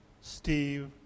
Steve